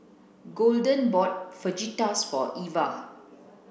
golden bought Fajitas for Ivah